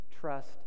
trust